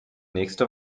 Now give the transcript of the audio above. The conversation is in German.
nächste